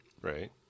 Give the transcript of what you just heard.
Right